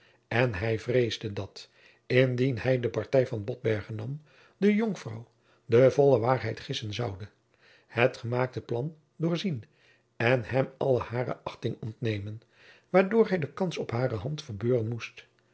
en hij vreesde dat indien hij de partij van botbergen nam de jonkvrouw de volle waarheid gissen zoude het gemaakte plan doorzien en hem alle hare achting ontnemen waardoor hij de kans op hare hand verbeuren moest